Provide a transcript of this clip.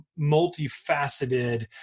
multifaceted